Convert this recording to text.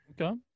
Okay